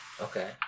Okay